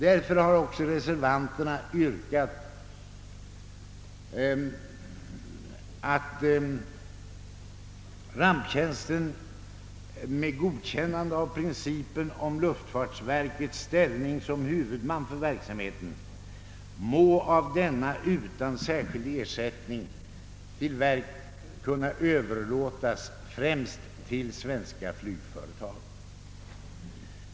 Därför har också reservanterna yrkat att överlåtelse av ramptjänsten med godkännande av principen om luftfartsverkets ställning som huvudman för verksamheten »må kunna ske främst till svenska flygtrafikföretag utan särskild ersättning till luftfartsverket».